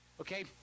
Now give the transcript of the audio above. okay